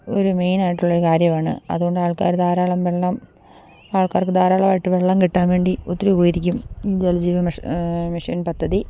ഒരു മെയിനായിട്ടുള്ളൊരു കാര്യമാണ് അതു കൊണ്ട് ആൾക്കാർ ധാരാളം വെള്ളം ആൾക്കാർക്ക് ധാരാളമായിട്ട് വെള്ളം കിട്ടാൻ വേണ്ടി ഒത്തിരി ഉപകരിക്കും ജൽ ജിവൻ മിഷൻ മിഷൻ പദ്ധതി